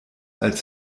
als